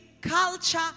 culture